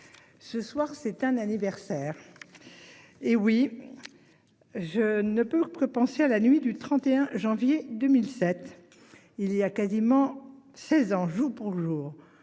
Ce soir, c'est un anniversaire. Hé oui. Je ne peut que penser à la nuit du 31 janvier 2007. Il y a quasiment 16 ans jour pour jour,